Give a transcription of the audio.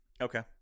Okay